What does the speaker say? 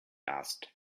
asked